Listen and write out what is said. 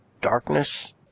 darkness